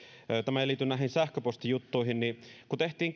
tämä ei liity näihin sähköpostijuttuihin niin kun tehtiin